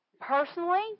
Personally